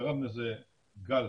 גרם לזה גל